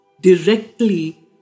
directly